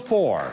Four